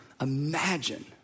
Imagine